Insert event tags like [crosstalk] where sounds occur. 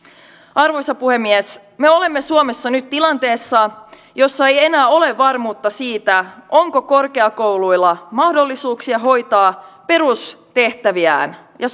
arvoisa puhemies me olemme suomessa nyt tilanteessa jossa ei enää ole varmuutta siitä onko korkeakouluilla mahdollisuuksia hoitaa perustehtäviään ja [unintelligible]